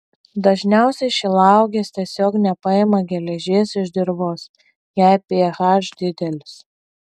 dažniausiai šilauogės tiesiog nepaima geležies iš dirvos jei ph didelis